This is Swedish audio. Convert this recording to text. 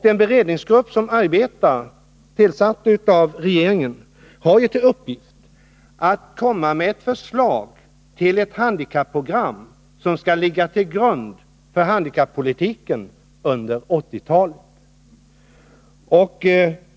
Den beredningsgrupp, tillsatt av regeringen, som nu arbetar har till uppgift att komma med förslag till ett handikapprogram. som kan läggas till grund för handikappolitiken under 1980-talet.